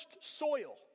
soil